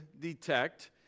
detect